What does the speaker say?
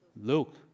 Luke